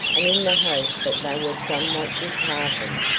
and in the hope that they were somewhat disheartened,